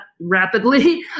rapidly